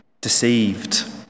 deceived